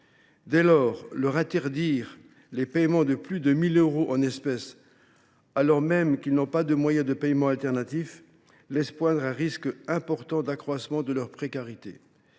Dès lors, leur interdire les paiements de plus de 1 000 euros en espèces, alors même qu’ils n’ont pas de moyen de paiement de substitution, laisse poindre un risque important d’accroissement de leur précarité.